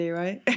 right